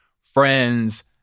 friends